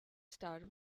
star